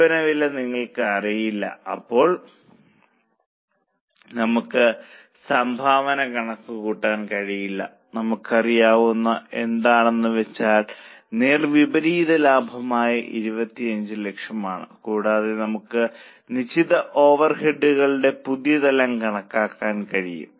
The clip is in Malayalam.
വില്പന വില നിങ്ങൾക്ക് അറിയില്ല അപ്പോൾ നമുക്ക് സംഭാവന കണക്കു കൂട്ടാൻ കഴിയില്ല നമുക്കറിയാവുന്നത് എന്താണെന്ന് വെച്ചാൽ നേർവിപരീത ലാഭമായ 2500000 ആണ് കൂടാതെ നമുക്ക് നിശ്ചിത ഓവർഹെഡുകളുടെ പുതിയ തലം കണക്കാക്കാൻ കഴിയും